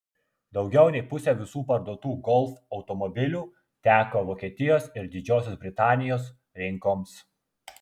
daugiau nei pusė visų parduotų golf automobilių teko vokietijos ir didžiosios britanijos rinkoms